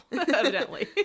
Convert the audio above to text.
evidently